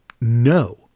No